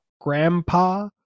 grandpa